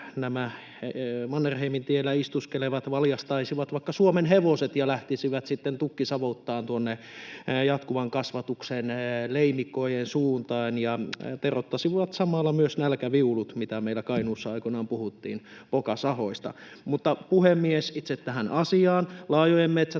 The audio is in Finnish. Mannerheimintiellä istuskelevat valjastaisivat vaikka suomenhevoset ja lähtisivät sitten tukkisavottaan tuonne jatkuvan kasvatuksen leimikoiden suuntaan ja teroittaisivat samalla myös nälkäviulut, kuten meillä Kainuussa aikoinaan puhuttiin pokasahoista. Mutta, puhemies, itse tähän asiaan. Laajojen metsätuhojen